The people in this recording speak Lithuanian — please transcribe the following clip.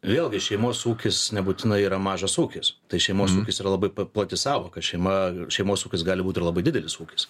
vėlgi šeimos ūkis nebūtinai yra mažas ūkis tai šeimos ūkis yra labai plati sąvoka šeima šeimos ūkis gali būt ir labai didelis ūkis